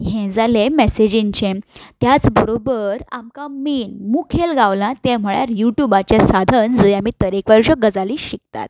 हें जालें मॅसेंजींचें त्याच बरोबर आमकां मेन मुखेल गावलां तें म्हणल्यार युट्यूबाचें सादन जंय आमी तरेकवारच्यो गजाली शिकतात